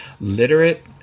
literate